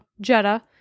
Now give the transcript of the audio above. Jetta